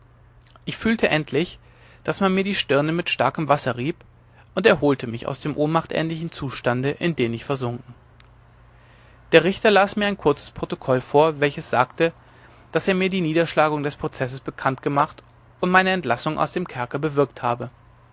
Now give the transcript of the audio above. ich fühlte endlich daß man mir die stirne mit starkem wasser rieb und erholte mich aus dem ohnmachtähnlichen zustande in den ich versunken der richter las mir ein kurzes protokoll vor welches sagte daß er mir die niederschlagung des prozesses bekannt gemacht und meine entlassung aus dem kerker bewirkt habe